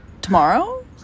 tomorrow